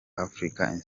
afurika